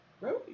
right